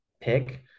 pick